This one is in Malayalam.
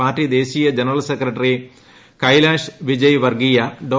പാർട്ടി ദേശീയ ജനറൽ സെക്രട്ടറി കൈലാഷ് വിജയ്വർഗ്ഗീയ ഡോ